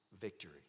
victory